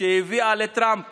שהביאה לטראמפ